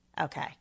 okay